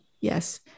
Yes